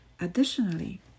Additionally